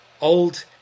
old